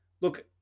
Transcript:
Look